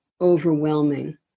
overwhelming